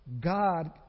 God